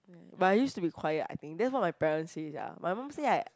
um but I used to be quiet I think that's what my parent say sia my mum say I